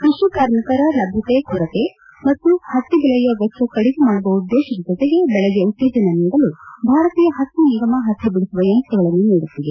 ಕೃಷಿ ಕಾರ್ಮಿಕರು ಲಭ್ಯತೆ ಕೊರತೆ ಮತ್ತು ಹತ್ತಿ ಬೆಲೆಯ ವೆಚ್ಚ ಕಡಿಮೆ ಮಾಡುವ ಉದ್ದೇಶದ ಜೊತೆಗೆ ಬೆಳೆಗೆ ಉತ್ತೇಜನ ನೀಡಲು ಭಾರತೀಯ ಹತ್ತಿ ನಿಗಮ ಹತ್ತಿ ಬಿಡಿಸುವ ಯಂತ್ರಗಳನ್ನು ನೀಡುತ್ತಿದೆ